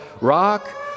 rock